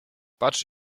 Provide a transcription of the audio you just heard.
patrz